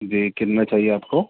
جی کتنا چاہیے آپ کو